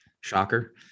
shocker